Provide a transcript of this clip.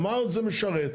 מה זה משרת.